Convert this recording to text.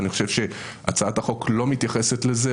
ואני חושב שהצעת החוק לא מתייחסת לזה,